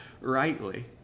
rightly